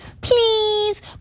please